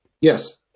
Yes